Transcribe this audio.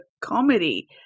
comedy